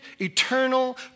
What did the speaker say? eternal